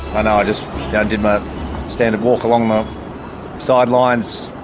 i know i just yeah did my standard walk along the sidelines,